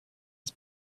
has